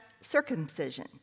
circumcision